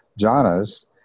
jhanas